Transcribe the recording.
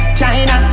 China